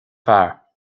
fear